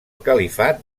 califat